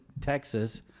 Texas